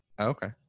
Okay